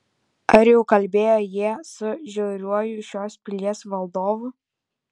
ar jau kalbėjo jie su žiauriuoju šios pilies valdovu